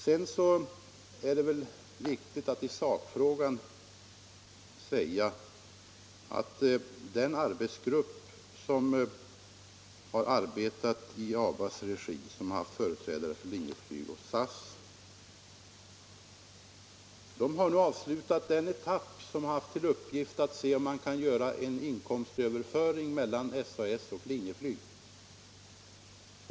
Sedan är det väl också viktigt att i sakfrågan säga att den arbetsgrupp som har arbetat i ABA:s regi och i vilken ingått företrädare för Linjeflyg och SAS nu har avslutat den etapp där man haft till uppgift att se om man kunde göra en inkomstöverföring mellan SAS och Linjeflyg.